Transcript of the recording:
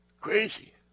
Crazy